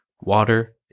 Water